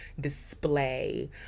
display